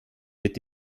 mit